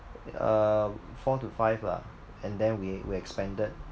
uh four to five lah and then we we expanded